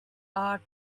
are